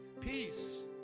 Peace